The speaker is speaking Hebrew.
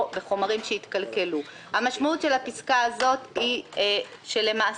בחומרים שהתקלקלו," המשמעות של הפסקה הזאת היא שלמעשה